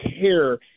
care